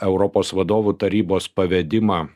europos vadovų tarybos pavedimą